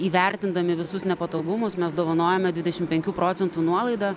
įvertindami visus nepatogumus mes dovanojome dvidešim penkių procentų nuolaidą